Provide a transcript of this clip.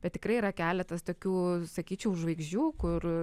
bet tikrai yra keletas tokių sakyčiau žvaigždžių kur